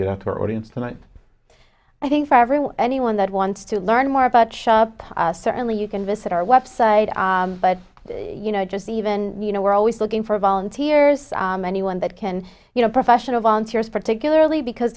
there audience tonight i think for everyone anyone that wants to learn more about shop certainly you can visit our website but you know just even you know we're always looking for volunteers and anyone that can you know professional volunteers particularly because